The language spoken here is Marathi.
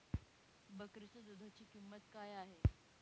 बकरीच्या दूधाची किंमत काय आहे?